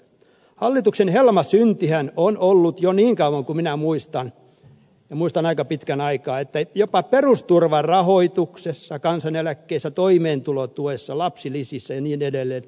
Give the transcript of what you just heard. hallituksen helmasyntihän on ollut jo niin kauan kuin minä muistan ja muistan aika pitkän aikaa että jopa perusturvan rahoituksessa kansaneläkkeissä toimeentulotuessa lapsilisissä ja niin edelleen